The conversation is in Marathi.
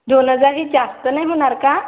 दोन हजार हे जास्त नाही होणार का